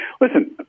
Listen